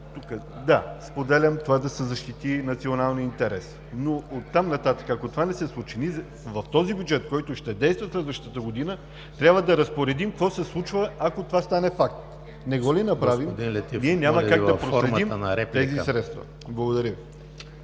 Споделям това да се защити националният интерес, но оттам нататък, ако това не се случи, в този бюджет, който ще действа следващата година, трябва да разпоредим какво се случва, ако това стане факт. Не го ли направим, няма как да проследим тези средства. Благодаря